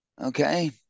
Okay